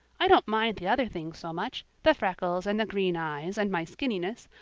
i don't mind the other things so much the freckles and the green eyes and my skinniness.